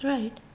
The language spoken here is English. Right